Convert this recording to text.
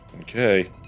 Okay